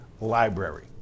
library